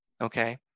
Okay